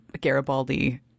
Garibaldi